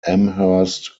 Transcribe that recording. amherst